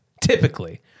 Typically